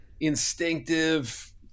instinctive